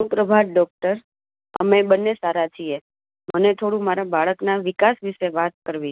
સુપ્રભાત doctor અમે બંને સારાં છીએ મને થોડું મારાં બાળકનાં વિકાસ વિષે વાત કરવી છે